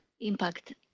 impact